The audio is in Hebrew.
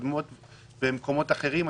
במקומות אחרים.